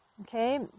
Okay